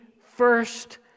first